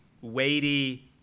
weighty